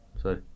Sorry